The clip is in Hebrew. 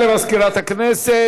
תודה למזכירת הכנסת.